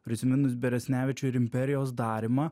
prisiminus beresnevičių ir imperijos darymą